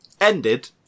ended